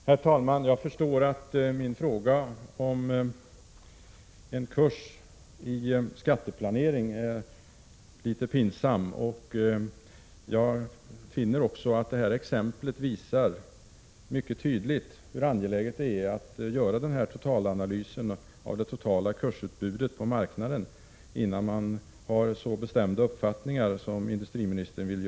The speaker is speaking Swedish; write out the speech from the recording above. Herr talman! Jag förstår att min fråga om en kurs i skatteplanering är litet pinsam. Jag finner också att exemplet visar mycket tydligt hur angeläget det är att göra den aktuella analysen av det totala kursutbudet på marknaden, innan man gör gällande så bestämda uppfattningar som industriministern hävdar.